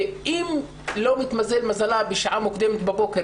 אם לא מתמזל מזלה לצאת מן הבית בשעה מוקדמת בבוקר